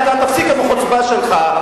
תפסיק עם החוצפה שלך.